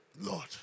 Lord